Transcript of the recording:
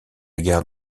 gare